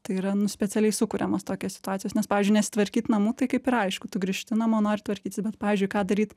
tai yra nu specialiai sukuriamos tokios situacijos nes pavyzdžiui nesitvarkyt namų tai kaip ir aišku tu grįžti namo nori tvarkytis bet pavyzdžiui ką daryt